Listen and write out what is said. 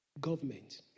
government